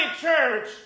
church